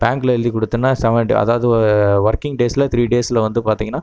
பேங்க்கில் எழுதி கொடுத்தேன்னா செவன் டே அதாவது ஒ ஒர்கிங் டேஸில் த்ரீ டேஸில் வந்து பார்த்திங்கனா